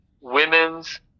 women's